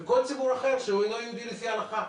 וכל ציבור אחר שהוא אינו יהודי לפי ההלכה,